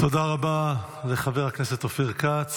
תודה רבה לחבר הכנסת אופיר כץ.